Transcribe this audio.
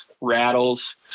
rattles